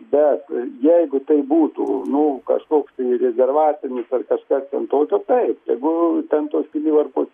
bet jeigu tai būtų nu kažkoks tai rezervacinis ar kažkas ten tokio taip tegu ten tos kinivarpos